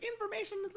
information